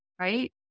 Right